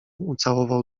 ucałował